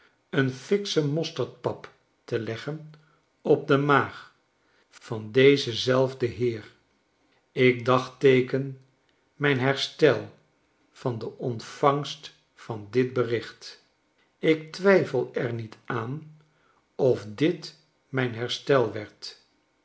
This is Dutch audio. een fiksche mosterdpap te leggen op de maag van dezen zelfden heer ik dagteeken mijn herstel van de ontvangst van dit bericht ik twijfel er niet aan of dit mijn herstel werd